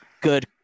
good